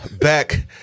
back